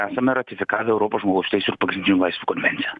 esame ratifikavę europos žmogaus teisių ir pagrindinių laisvių konvenciją